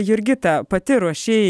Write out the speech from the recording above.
jurgita pati ruošei